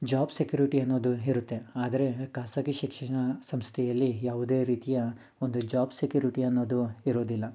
job security ಅನ್ನೋದು ಇರುತ್ತೆ ಆದರೆ ಖಾಸಗಿ ಶಿಕ್ಷಣ ಸಂಸ್ಥೆಯಲ್ಲಿ ಯಾವುದೇ ರೀತಿಯ ಒಂದು ಜಾಬ್ ಸೆಕ್ಯೂರಿಟಿ ಅನ್ನೋದು ಇರೋದಿಲ್ಲ